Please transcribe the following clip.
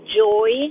joy